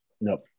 Nope